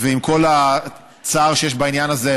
ועם כל הצער שיש בעניין הזה,